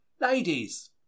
Ladies